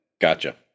gotcha